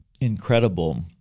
incredible